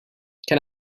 can